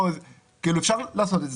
אפשר לעשות את זה.